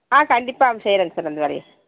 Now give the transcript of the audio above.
ஆ கண்டிப்பாே அனுப்பிச்சு விட்றேங் சார் வந்த வரையும்